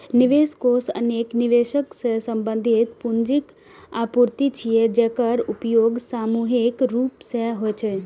निवेश कोष अनेक निवेशक सं संबंधित पूंजीक आपूर्ति छियै, जेकर उपयोग सामूहिक रूप सं होइ छै